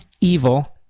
evil